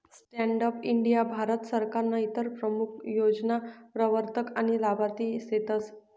stand up India Bharat सरकारनं इतर प्रमूख योजना प्रवरतक आनी लाभार्थी सेतस